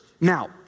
Now